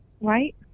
Right